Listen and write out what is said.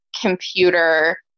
computer